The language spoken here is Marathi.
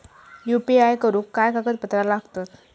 यू.पी.आय करुक काय कागदपत्रा लागतत?